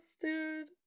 dude